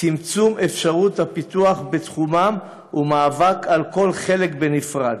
צמצום אפשרות הפיתוח בתחומם ומאבק על כל חלק בנפרד,